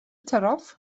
taraf